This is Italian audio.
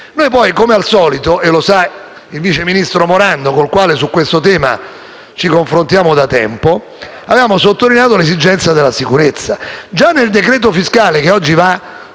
Noi, come al solito (lo sa il vice ministro Morando con il quale su questo tema ci confrontiamo da tempo), avevamo sottolineato l'esigenza della sicurezza.